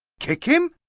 kick him!